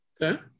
Okay